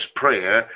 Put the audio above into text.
prayer